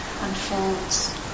unfolds